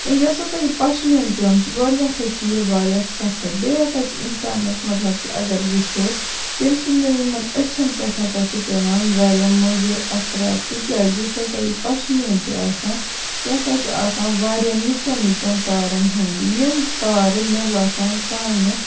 یۄس ہسا یہِ پَشمیٖن کٲم چھِ گۄڈٕنیتھے چھِ یہِ واریاہ سَخٔت بیٚیہِ ہسا چھِ اِنسانَس مطلب کہِ اَگر وٕچھو تٔمۍ سٔندین یِمن أچھَن پٮ۪ٹھ ہسا چھِ پیوان واریاہ مُظر اَثرات تِکیازِ یُس ہسا یہِ پَشمیٖن چھُ آسان یہِ ہسا چھُ آسان واریاہ نِچَن نِچَن تارَن ہُند یِم تارٕ مےٚ باسان سانہِ